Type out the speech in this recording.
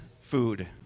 food